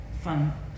fun